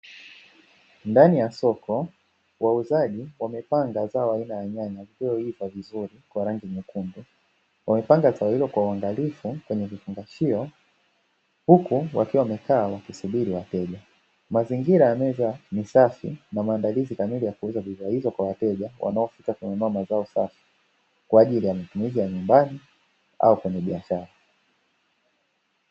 Ndani ya soko wauzaji wamepanga zao aina ya nyanya zilizoiva vizuri kwa rangi nyekundu wamepanga zao hilo kwa uangalifu kwenye vifungashio huku wakiwa wamekaa wakisubili wateja, mazingira ya meza ni safi na maandalizi kamili ya kuuza bidhaa hizi kwa wateja wanaofika kununua mazao safi kwaajili ya matumizi ya nyumbani au wafanyabiashara.